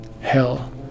Hell